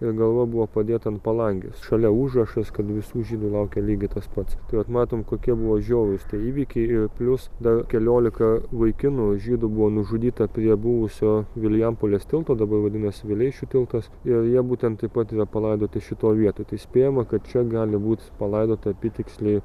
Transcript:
ir galva buvo padėta ant palangės šalia užrašas kad visų žydų laukia lygiai tas pats tai vat matom kokie buvo žiaurūs tie įvykiai ir plius dar kelioliką vaikinų žydų buvo nužudyta prie buvusio vilijampolės tilto dabar vadinasi vileišio tiltas ir jie būtent tai pat yra palaidoti šitoj vietoj tai spėjama kad čia gali būt palaidota apytiksliai